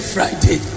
Friday